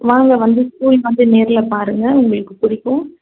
வாங்க வந்து ஸ்கூல் வந்து நேரில் பாருங்கள் உங்களுக்கு பிடிக்கும்